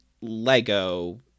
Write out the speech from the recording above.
Lego